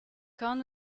quand